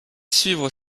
suivre